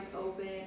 open